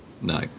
No